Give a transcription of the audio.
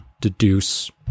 deduce